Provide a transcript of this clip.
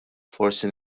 forsi